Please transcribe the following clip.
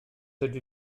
ydy